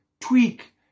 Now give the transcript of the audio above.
tweak